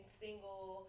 single